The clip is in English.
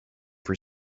for